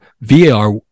VAR